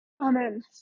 Amen